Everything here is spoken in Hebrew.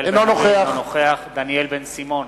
אינו נוכח דניאל בן-סימון,